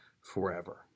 forever